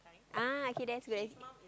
ah okay that's good